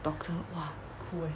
doctor !wah!